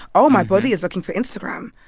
oh, my body is looking for instagram.